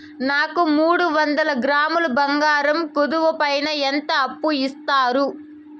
నాకు మూడు వందల గ్రాములు బంగారం కుదువు పైన ఎంత అప్పు ఇస్తారు?